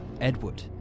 Edward